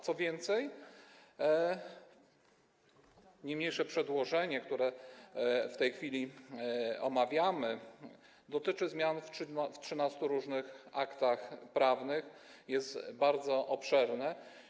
Co więcej, niniejsze przedłożenie, które w tej chwili omawiamy, dotyczy zmian w 13 różnych aktach prawnych i jest bardzo obszerne.